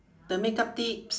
the makeup tips